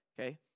okay